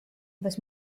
was